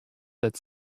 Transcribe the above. that